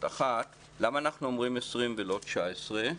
למה אנחנו אומרים 20 ולא 19?